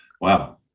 Wow